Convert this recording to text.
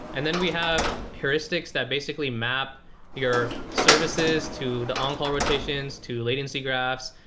and then we have heuris tics that basically map your services to the on-call rotations, to latency graphs,